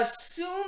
assume